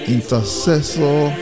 Intercessor